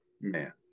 man